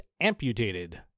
amputated